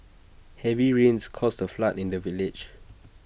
heavy rains caused A flood in the village